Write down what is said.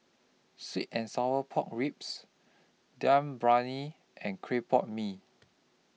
Sweet and Sour Pork Ribs Dum Briyani and Clay Pot Mee